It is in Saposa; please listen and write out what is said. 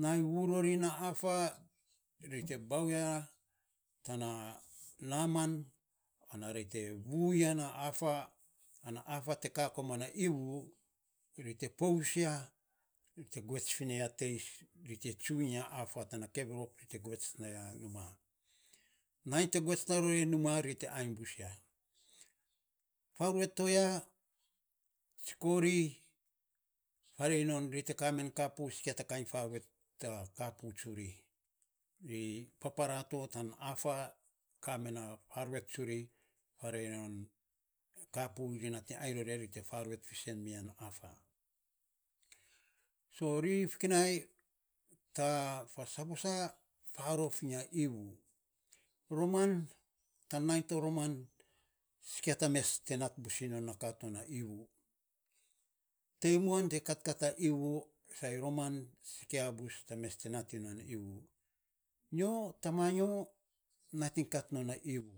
Na vuu rori na affa, ri te baau ya tana naaman ana ri te vuu ya na affaana affa te ka koman na iivu, ri te pos ya ri te govets fina ya teis, ri te jiuu iny a affa tana kererok. Ri te govets na ya numa. Nai te govets narori numa ri te ainy bus ya. Faaruet to ya tsiko ri faarei non ri te ka me kapu sikia ta ka iny faaruet kapu tsuri. Ri papara to tan affa, kame na faaruet tsuri faarei non kapu ri nat iny ainy rora ri te faaruet fiisen mi ya na affa. So ri fokinai, tan faa saposa. Faarof inny a iivu. Roman tan nainy to roman, sikia ta mes te nat bus iny non aka to na iivu. Teimuan te katkat a iivu sai roman sikia bus ta mes te nat iny non a iivu. Nyo tama nyo nat iny kat non a iivu